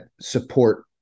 support